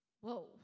whoa